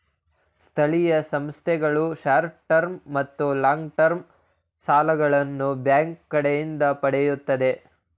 ಸ್ಥಳೀಯ ಸಂಸ್ಥೆಗಳು short term ಮತ್ತು ಲಾಂಗ್ ಟರ್ಮ್ ಸಾಲಗಳನ್ನು ಬ್ಯಾಂಕ್ ಕಡೆಯಿಂದ ಪಡೆಯುತ್ತದೆ